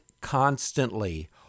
constantly